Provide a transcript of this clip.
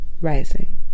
rising